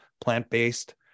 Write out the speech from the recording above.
plant-based